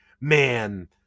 man